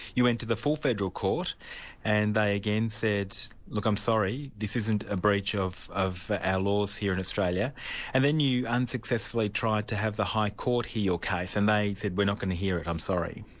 you went to the full federal court and they again said, look i'm sorry, this isn't a breach of of our laws here in australia and then you unsuccessfully tried to have the high court hear your case, and they said, we're not going to hear it, i'm sorry.